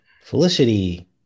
Felicity